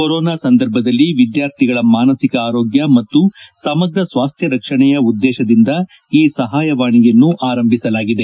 corona ಸಂದರ್ಭದಲ್ಲಿ ವಿದ್ಲಾರ್ಥಿಗಳ ಮಾನಸಿಕ ಆರೋಗ್ಯ ಮತ್ತು ಸಮಗ್ರ ಸ್ನಾಸ್ತ್ವ ರಕ್ಷಣೆಯ ಉದ್ದೇಶದಿಂದ ಈ ಸಹಾಯವಾಣಿಯನ್ನು ಆರಂಭಿಸಲಾಗಿದೆ